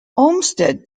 olmsted